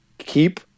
keep